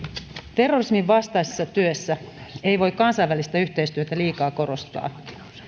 terrorismin vastaisessa työssä ei voi kansainvälistä yhteistyötä liikaa korostaa